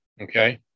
okay